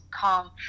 calm